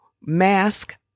mask